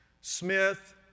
Smith